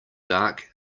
dark